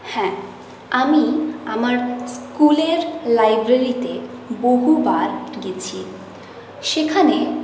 হ্যাঁ আমি আমার স্কুলের লাইব্রেরিতে বহুবার গেছি সেখানে